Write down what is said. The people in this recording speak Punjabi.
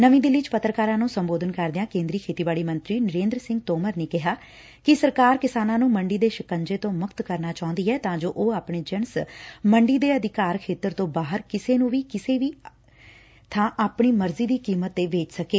ਨਵੀਂ ਦਿੱਲੀ ਚ ਪੱਤਰਕਾਰਾਂ ਨੂੰ ਸੰਬੋਧਨ ਕਰਦਿਆਂ ਕੇਂਦਰੀ ਖੇਤੀਬਾੜੀ ਮੰਤਰੀ ਨਰੇਂਦਰ ਸਿੰਘ ਤੋਮਰ ਨੇ ਕਿਹਾ ਕਿ ਸਰਕਾਰ ਕਿਸਾਨਾਂ ਨੂੰ ਮੌਡੀ ਦੇ ਸ਼ਿੰਕਜੇ ਤੋਂ ਮੁਕਤ ਕਰਨਾ ਚਾਹੁੰਦੀ ਐ ਤਾਂ ਜੋ ਉਹ ਆਪਣੀ ਜਿਣਸ ਮੰਡੀ ਦੇ ਅਧਿਕਾਰ ਖੇਤਰ ਤੋ ਬਾਹਰ ਕਿਸੇ ਨੂੰ ਵੀ ਕਿਤੇ ਵੀ ਆਪਣੀ ਮਰਜ਼ੀ ਦੀ ਕੀਮਤ ਤੇ ਵੇਚ ਸਕੇ